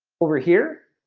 over here